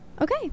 okay